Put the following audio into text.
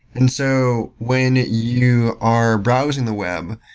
and so when you are browsing the web,